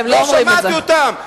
הם לא אומרים את זה.